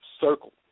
circle